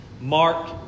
Mark